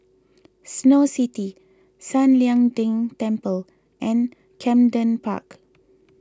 Snow City San Lian Deng Temple and Camden Park